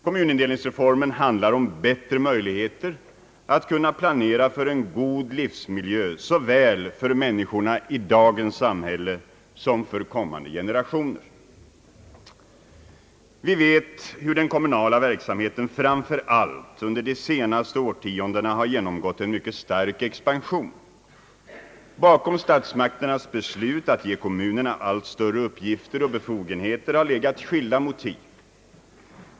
Kommunindelningsreformen innebär bättre möjligheter att planera för en god livsmiljö såväl för människorna i dagens samhälle som för kommande generationer. Vi vet hur den kommunala verksamheten, framför allt under de senaste årtiondena, har genomgått en mycket stark expansion. Bakom statsmakternas beslut att ge kommunerna allt större uppgifter och befogenheter har legat skilda motiv.